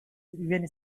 even